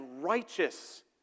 righteous